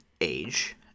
age